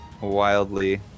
wildly